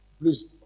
please